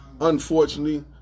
Unfortunately